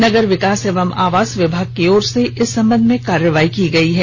नगर विकास एवं आवास विभाग की ओर से इस संबंध में कार्रवाई की गई है